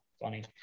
funny